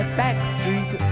backstreet